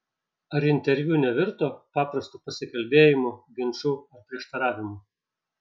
ar interviu nevirto paprastu pasikalbėjimu ginču ar prieštaravimu